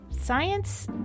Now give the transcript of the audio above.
science